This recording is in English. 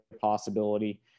possibility